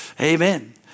Amen